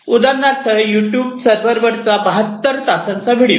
उदाहरणार्थ YouTube server वरचा 72 तासांचा व्हिडिओ